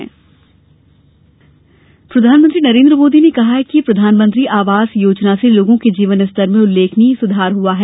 PM आवास प्रधानमंत्री नरेन्द्र मोदी ने कहा कि प्रधानमंत्री आवास योजना से लोगों के जीवन स्तर में उल्लेखनीय सुधार हुआ है